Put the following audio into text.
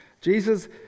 Jesus